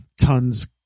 tons